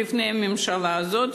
לפני הממשלה הזאת,